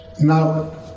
Now